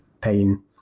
pain